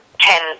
ten